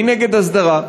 מי נגד הסדרה?